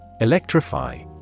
Electrify